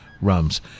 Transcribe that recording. rums